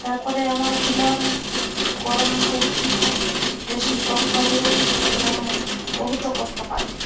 ତାପରେ ଆମର ପିଲାମାନେ ଗରମରେ ବେଶୀ କଷ୍ଟ ହୁଏ ପିଲାମାନେ ବହୁତ କଷ୍ଟପାଏ